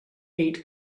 eight